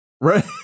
Right